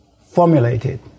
formulated